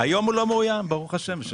היום הוא לא מאוים ברוך השם,